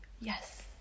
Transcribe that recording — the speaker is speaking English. Yes